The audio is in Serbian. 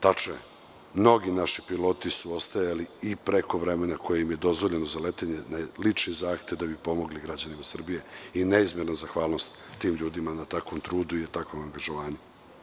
Tačno je, mnogi naši piloti su ostajali i prekovremeno, a koje im je dozvoljeno za letenje na lični zahtev da bi pomogli građanima Srbije i neizmerna zahvalnost tim ljudima na takvom trudu i na takvom angažovanju.